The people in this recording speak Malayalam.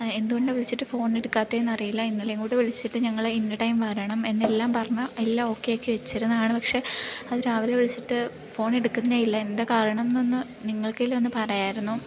എന്തുകൊണ്ടാണ് വിളിച്ചിട്ട് ഫോൺ എടുക്കാത്തതെന്ന് അറിയില്ല ഇന്നലെ കൂടെ വിളിച്ചിട്ട് ഞങ്ങളെ ഇന്ന ടൈം വരണം എന്നെല്ലാം പറഞ്ഞ എല്ലാം ഒക്കെ ആക്കി വെച്ചിരുന്നത് ആണ് പക്ഷേ അത് രാവിലെ വിളിച്ചിട്ട് ഫോൺ എടുക്കുന്നേയില്ല എന്താ കാരണം എന്നൊന്ന് നിങ്ങൾക്കേലും ഒന്ന് പറയാമായിരുന്നു